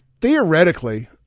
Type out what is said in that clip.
Theoretically